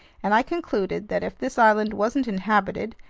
and i concluded that if this island wasn't inhabited,